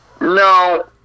No